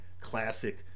classic